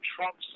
Trump